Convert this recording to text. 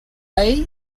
ell